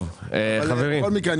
בכל מקרה,